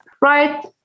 right